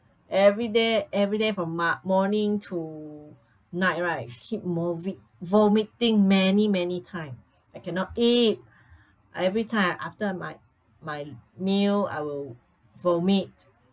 everyday everyday from ma~ morning to night right keep movi~ vomiting many many time I cannot eat I everytime after my my meal I will vomit